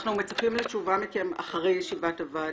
אנחנו מצפים לתשובה מכם אחרי ישיבת הוועדה.